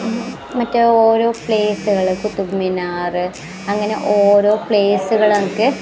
മറ്റ് ഓരോ പ്ലേസുകൾ കുത്തബ് മിനാർ അങ്ങനെ ഓരോ പ്ലേസുകളൊക്കെ